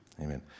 Amen